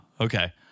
Okay